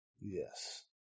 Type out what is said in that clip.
Yes